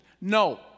No